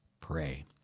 pray